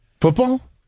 Football